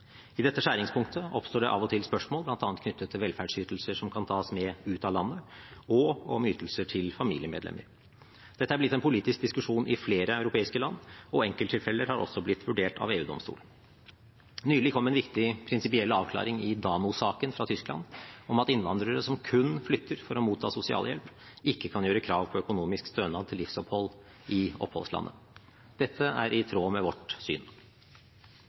I dette skjæringspunktet oppstår det av og til spørsmål bl.a. knyttet til velferdsytelser som kan tas med ut av landet, og om ytelser til familiemedlemmer. Dette er blitt en politisk diskusjon i flere europeiske land, og enkelttilfeller har også blitt vurdert av EU-domstolen. Nylig kom en viktig prinsipiell avklaring i Dano-saken fra Tyskland, om at innvandrere som kun flytter for å motta sosialhjelp, ikke kan gjøre krav på økonomisk stønad til livsopphold i oppholdslandet. Dette er i tråd med vårt syn.